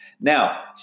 Now